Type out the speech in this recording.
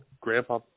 grandpa